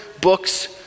books